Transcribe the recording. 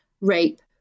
rape